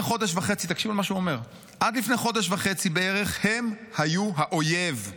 תקשיבו למה שהוא אומר: עד לפני חודש וחצי בערך הם היו האויב.